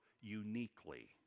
uniquely